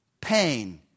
Pain